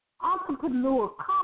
entrepreneur